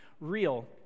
real